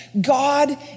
God